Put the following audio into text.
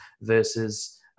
versus